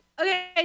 okay